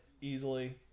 easily